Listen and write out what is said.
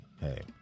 hey